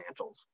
financials